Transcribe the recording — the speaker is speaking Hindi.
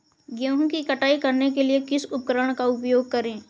गेहूँ की कटाई करने के लिए किस उपकरण का उपयोग करें?